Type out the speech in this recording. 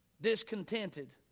discontented